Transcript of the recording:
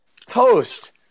toast